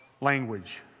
language